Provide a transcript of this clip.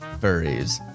furries